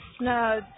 No